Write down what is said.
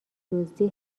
دزدی